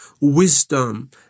wisdom